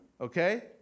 okay